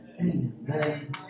Amen